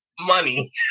money